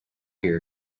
here